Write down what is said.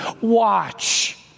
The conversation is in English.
Watch